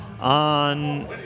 on